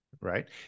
right